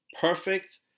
perfect